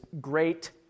great